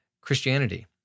Christianity